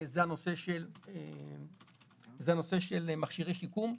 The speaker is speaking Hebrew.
זה הנושא של מכשירי שיקום.